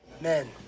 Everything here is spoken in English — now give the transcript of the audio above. Men